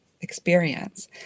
experience